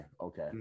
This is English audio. okay